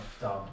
done